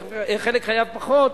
חלק חייב פחות,